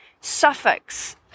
suffix